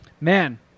man